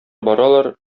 баралар